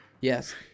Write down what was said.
yes